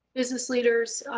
business leaders,